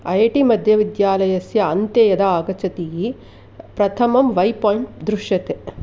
I I T मध्ये विद्यालयस्य अन्ते यदा आगच्छति प्रथमं वै पोइण्ट् दृश्यते